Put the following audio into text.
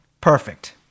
Perfect